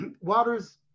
waters